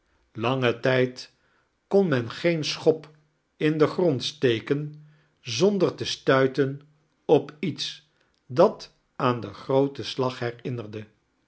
langen tijd kon men geen schop in den gtrond stetken z onder t stiuiten op iete dat aan den grooten slag